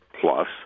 plus